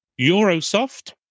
Eurosoft